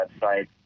website